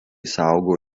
saugo